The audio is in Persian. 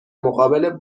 مقابل